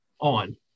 on